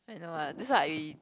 no lah that's why I